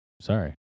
sorry